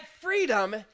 freedom